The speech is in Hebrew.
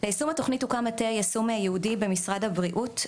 ליישום התוכנית הוקם מטה יישום ייעודי במשרד הבריאות,